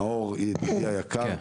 נאור ידיד היקר,